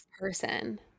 person